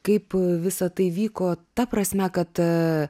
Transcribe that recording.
kaip visa tai vyko ta prasme kad